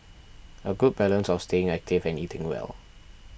a good balance of staying active and eating well